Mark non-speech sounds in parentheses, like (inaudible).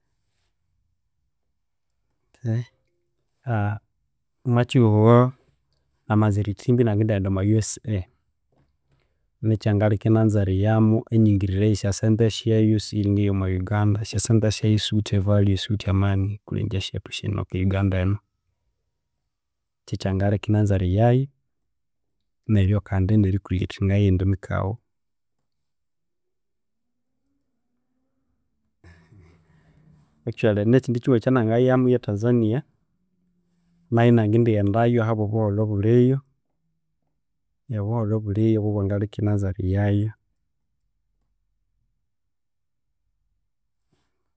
(hesitation) (hesitation) omwa kihugho namanza erithimba iningendighenda omwa USA nekyangalheka inanza eriyamu emingirirye eya eya sya sente syayu siyiringene ne eyo mwa uganda esya sente syayu siwithe e value siwithe amani kwilhenga esya enokaa eyuganda ebo kyangalheka inanza eriyayu neryo kandi neri creatinga eyindi mikaghu actually nekindi kihugho ekya nangayamu ye Tanzania nayu enangendighendayu ahabwe obuholho obulhiyo, obuholho obulhiyo bwobangalheka enganza eriyayo.